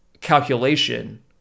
calculation